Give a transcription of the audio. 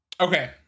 Okay